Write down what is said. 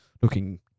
looking